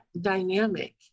dynamic